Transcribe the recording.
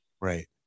Right